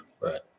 Right